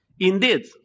Indeed